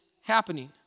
happening